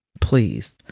please